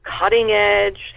cutting-edge